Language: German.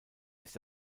ist